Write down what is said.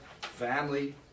family